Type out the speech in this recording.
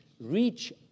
Reach